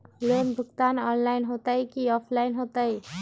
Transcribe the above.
Loan भुगतान online होतई कि ऑफलाइन होतई?